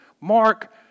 Mark